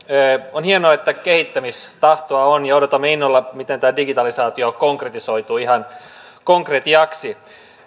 on hienoa että kehittämistahtoa on ja odotamme innolla miten tämä digitalisaatio konkretisoituu ihan konkretiaksi